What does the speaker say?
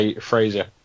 Fraser